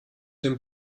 dem